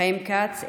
חיים כץ,